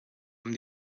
amb